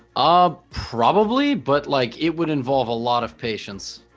ah probably but like it would involve a lot of patience